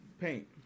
paint